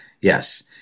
Yes